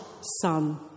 son